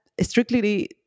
strictly